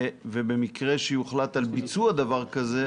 האם במקרה שיוחלט על ביצוע כזה,